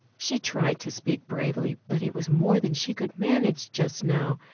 she tried to speak bravely, but it was more than she could manage just now,